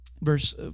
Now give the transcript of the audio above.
Verse